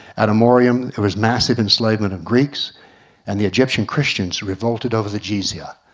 at amorion there was massive enslavement of greeks and the egyptian christians revolted over the jizya.